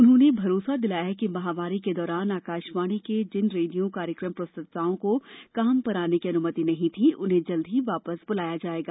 उन्होंने भरोसा दिलाया कि महामारी के दौरान आकाशवाणी के जिन रेडियो कार्यक्रम प्रस्तोताओं को काम पर आने की अनुमति नहीं थी उन्हें जल्द ही वापस बुलाया जाएगा